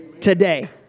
today